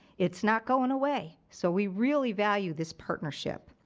it's not going away so we really value this partnership.